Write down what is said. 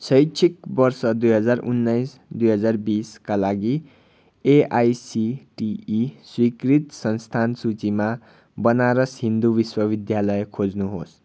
शैक्षिक वर्ष दुई हजार उन्नाइस दुई हजार बिसका लागि एआइसिटिई स्वीकृत संस्थान सूचीमा बनारस हिन्दू विश्वविद्यालय खोज्नुहोस्